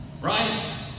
Right